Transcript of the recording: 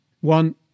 One